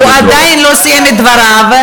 הוא עדיין לא סיים את דבריו.